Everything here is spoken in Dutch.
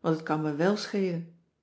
want het kan me wèl